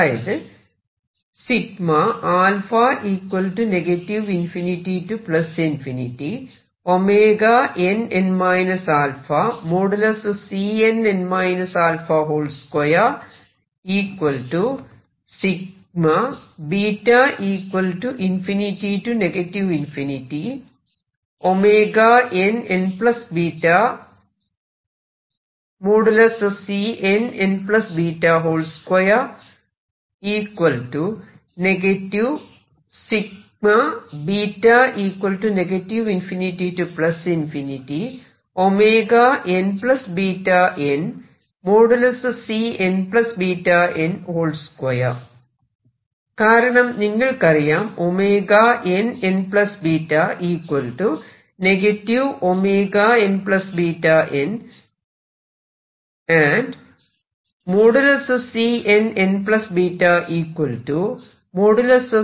അതായത് കാരണം നിങ്ങൾക്കറിയാം ആണെന്ന്